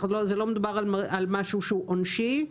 לא מדובר על משהו שהוא עונשי.